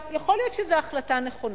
יכול להיות שזו החלטה נכונה,